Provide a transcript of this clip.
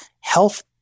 health